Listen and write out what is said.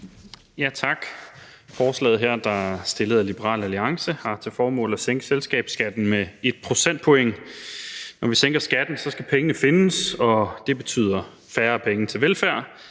Tak. Forslaget her, der er fremsat af Liberal Alliance, har til formål at sænke selskabsskatten med 1 procentpoint. Når vi sænker skatten, skal pengene findes, og det betyder færre penge til velfærd.